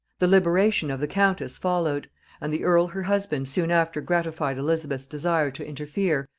the liberation of the countess followed and the earl her husband soon after gratified elizabeth's desire to interfere,